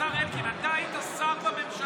השר אלקין, אתה היית שר בממשלה.